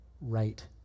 right